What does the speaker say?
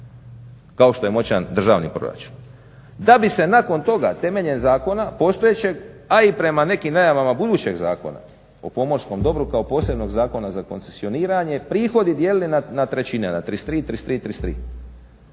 kao što je moćan državni proračun. Da bi se nakon toga temeljem zakona postojećeg, a i prema nekim najavama budućeg zakona o pomorskom dobru kao posebnog zakona za koncesioniranje, prihodi dijelili na trećine, a 33, 33, 33.